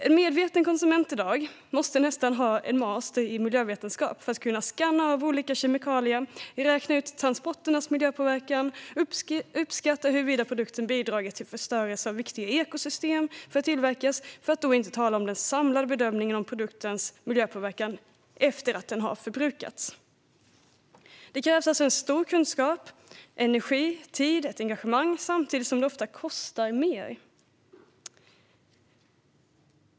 En medveten konsument måste i dag nästan ha en master i miljövetenskap för att kunna skanna av olika kemikalier, räkna ut transporternas miljöpåverkan och uppskatta huruvida produkten bidragit till förstörelse av viktiga ekosystem för att tillverkas, för att inte tala om den samlade bedömningen av produktens miljöpåverkan efter det att den har förbrukats. Det krävs alltså stor kunskap och energi, tid och engagemang samtidigt som det ofta kostar mer.